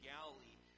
Galilee